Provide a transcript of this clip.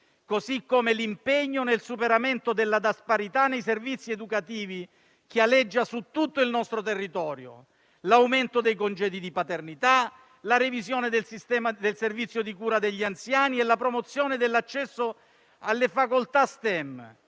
così come l'impegno nel superamento della disparità nei servizi educativi, che aleggia su tutto il nostro territorio, l'aumento dei congedi di paternità, la revisione del sistema del servizio di cura degli anziani e la promozione dell'accesso alle facoltà STEM,